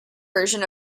version